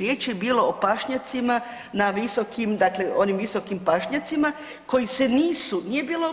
Riječ je bila o pašnjacima na visokim dakle onim visokim pašnjacima koji se nisu, nije bilo,